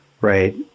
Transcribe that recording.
right